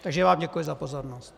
Takže vám děkuji za pozornost.